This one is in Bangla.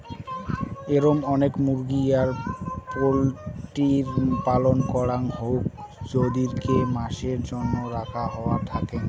এরম অনেক মুরগি আর পোল্ট্রির পালন করাং হউক যাদিরকে মাসের জন্য রাখা হওয়া থাকেঙ